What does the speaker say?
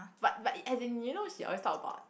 but but as in you know she always talk about